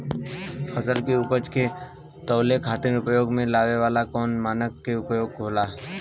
फसल के उपज के तौले खातिर उपयोग में आवे वाला कौन मानक के उपयोग होला?